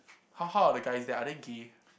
how how are the guys there are they gay